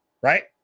right